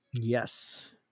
Yes